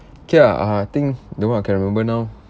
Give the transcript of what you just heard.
okay ah I think that one I can remember now